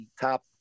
top